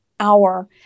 hour